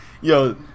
Yo